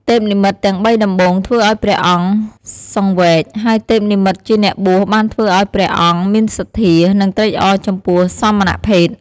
ទេពនិមិត្តទាំងបីដំបូងធ្វើឲ្យព្រះអង្គសង្វេគ ហើយទេពនិមិត្តជាអ្នកបួសបានធ្វើឲ្យព្រះអង្គមានសទ្ធា និងត្រេកអរចំពោះសមណភេទ។